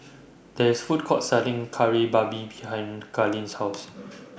There IS A Food Court Selling Kari Babi behind Kailyn's House